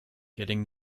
getting